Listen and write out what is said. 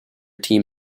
team